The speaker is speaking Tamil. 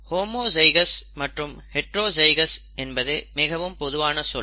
ஹோமோஜைகௌஸ் மற்றும் ஹைட்ரோஜைகௌஸ் என்பது மிகவும் பொதுவான சொல்